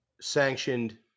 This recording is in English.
sanctioned